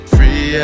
Free